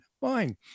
fine